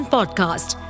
Podcast